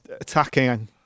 attacking